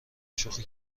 شوخی